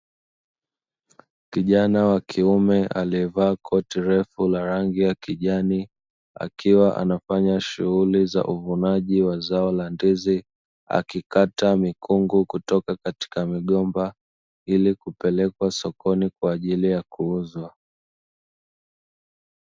Kijana wa kiume aliyevaa koti refu la rangi ya kijani akiwa anafanya shughuli za uvunaji wa zao la ndizi, akiwa akikata mikungu kutoka kwenye migomba ili kupelekwa sokoni kwa ajili ya kuuzwa.